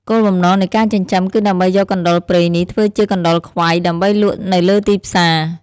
គោលបំណងនៃការចិញ្ចឹមគឺដើម្បីយកកណ្តុរព្រែងនេះធ្វើជាកណ្ដុរខ្វៃ ដើម្បីលក់នៅលើទីផ្សារ។